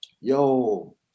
yo